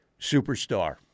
superstar